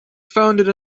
founded